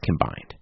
combined